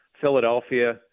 Philadelphia